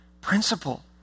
principle